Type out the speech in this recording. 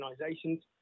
organizations